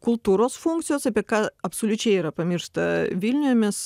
kultūros funkcijos apie ką absoliučiai yra pamiršta vilniuje mes